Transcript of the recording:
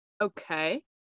okay